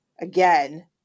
again